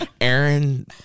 Aaron